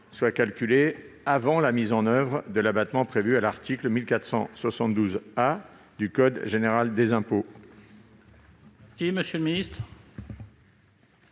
soit calculée avant la mise en oeuvre de l'abattement prévu à l'article 1472 A du code général des impôts.